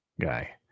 guy